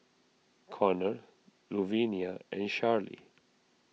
Connor Luvinia and Charlie